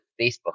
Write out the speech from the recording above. Facebook